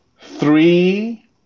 three